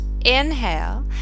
Inhale